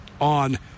on